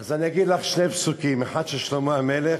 אז אני אגיד לך שני פסוקים, אחד של שלמה המלך